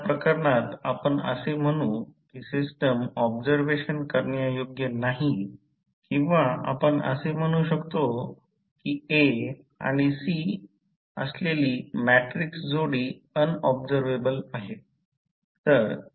त्या प्रकरणात आपण असे म्हणू की सिस्टम ऑब्झरवेशन करण्यायोग्य नाही किंवा आपण असे म्हणू शकतो की A C असलेली मॅट्रिक्स जोडी अन ऑब्झरवेबल आहे